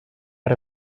out